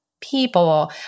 people